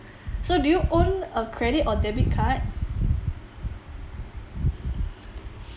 so do you own a credit or debit card